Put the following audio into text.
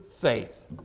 faith